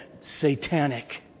satanic